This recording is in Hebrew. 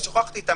ששוחחתי איתה,